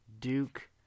Duke